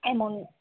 amount